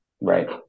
Right